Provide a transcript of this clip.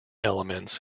elements